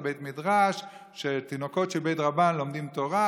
בית המדרש שתינוקות של בית רבן לומדים תורה,